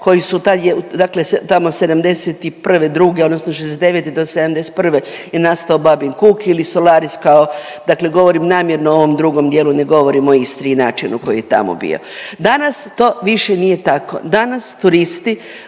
dakle tamo '71., '2., odnosno '69.-'71. je nastao Babin kuk ili Solaris kao, dakle govorim namjerno o ovom drugom dijelu, ne govorim o Istri i načinu koji je tamo bio. Danas to više nije tako, danas turisti